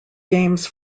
games